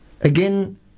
Again